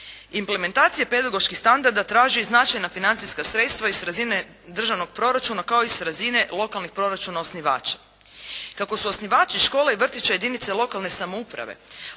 Implementacije pedagoških standarda traže i značajna financijska sredstva i s razine državnog proračuna kao i s razine lokalnih proračuna osnivača. Kako su osnivači škole i vrtića jedinice lokalne samouprave,